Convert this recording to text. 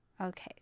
Okay